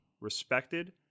respected